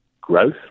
growth